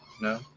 no